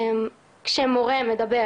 כשמורה מדבר,